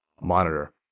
monitor